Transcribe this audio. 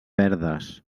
verdes